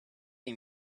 dei